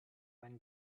when